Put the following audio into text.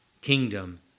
kingdom